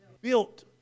Built